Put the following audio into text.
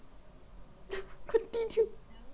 continue